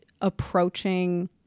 approaching